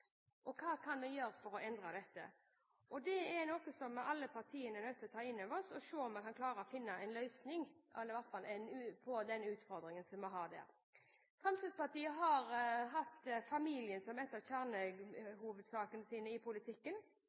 oss: Hva er det som skjer? Og hva kan vi gjøre for å endre dette? Det er noe som alle partiene er nødt til å ta inn over seg, og se om vi kan klare å finne en løsning på den utfordringen som vi har der. Fremskrittspartiet har hatt familien som en av kjernesakene sine i politikken,